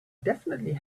definitely